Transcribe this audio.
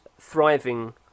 thriving